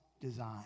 design